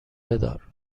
بدار